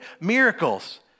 miracles